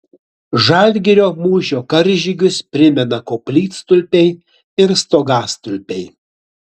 žalgirio mūšio karžygius primena koplytstulpiai ir stogastulpiai